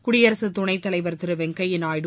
குடியரசுத் துணைத்தலைவா் திரு வெங்கையா நாயுடு